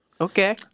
Okay